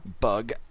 bug